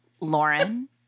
Lauren